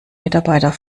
mitarbeiter